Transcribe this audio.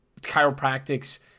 chiropractic's